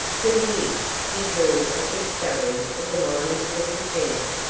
for years he drew a good salary as a mining superintendent.